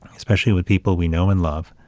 especially with people we know and love,